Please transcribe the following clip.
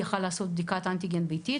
היה יכול לעשות בדיקת אנטיגן ביתית,